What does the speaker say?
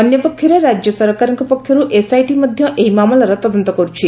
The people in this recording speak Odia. ଅନ୍ୟ ପକ୍ଷରେ ରାଜ୍ୟ ସରକାରଙ୍କ ପକ୍ଷରୁ ଏସ୍ଆଇଟି ମଧ୍ୟ ଏହି ମାମଲାର ତଦନ୍ତ କରୁଛି